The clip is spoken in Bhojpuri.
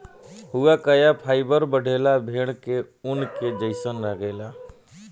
हुआकाया फाइबर बढ़ेला आ भेड़ के ऊन के जइसन लागेला